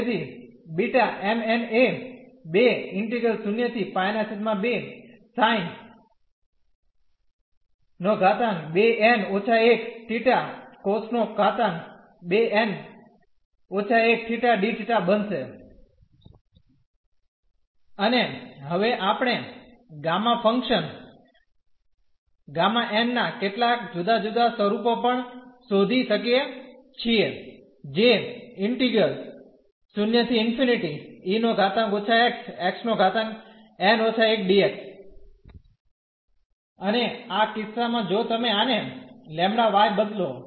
તેથી B m n એ બનશે અને હવે આપણે ગામા ફંક્શન Γ ના કેટલાક જુદા જુદા સ્વરૂપો પણ શોધી શકીએ છીએ જે અને આ કિસ્સામાં જો તમે આને ¿ λy બદલો